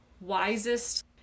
wisest